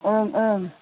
ओं ओं